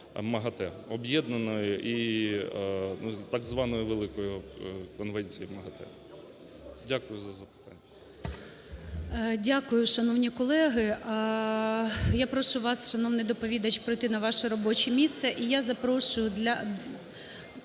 МАГАТЕ, об'єднаної і так званої "великої" конвенції МАГАТЕ. Дякую за запитання. ГОЛОВУЮЧИЙ. Дякую, шановні колеги. Я прошу вас, шановний доповідач, пройти на ваше робоче місце.